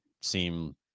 seem